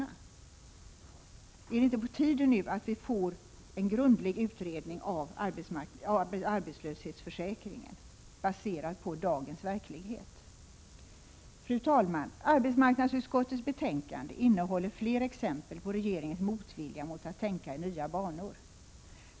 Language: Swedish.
Är det inte på tiden att vi får en grundlig utredning av arbetslöshetsförsäkringen baserad på dagens verklighet? Fru talman! Arbetsmarknadsutskottets betänkande innehåller fler exempel på regeringens motvilja mot att tänka i nya banor.